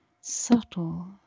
subtle